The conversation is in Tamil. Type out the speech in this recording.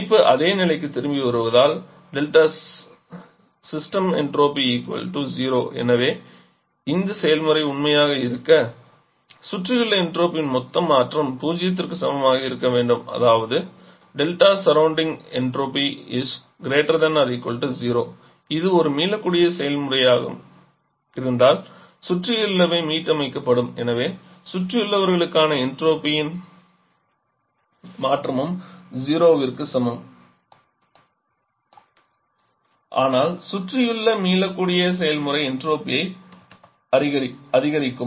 அமைப்பு அதே நிலைக்குத் திரும்பி வருவதால் எனவே இந்த செயல்முறை உண்மையாக இருக்க சுற்றியுள்ள என்ட்ரோபியின் மொத்த மாற்றம் பூஜ்ஜியத்திற்கு சமமாக இருக்க வேண்டும் அதாவது இது ஒரு மீளக்கூடிய செயல்முறையாக இருந்தால் சுற்றியுள்ளவை மீட்டமைக்கப்படும் எனவே சுற்றியுள்ளவைகளுக்கான என்ட்ரோபியின் மாற்றமும் 0 ற்கு சமமாக இருக்கும் ஆனால் சுற்றியுள்ள மீளக்கூடிய செயல்முறை என்ட்ரோபியை அதிகரிக்கும்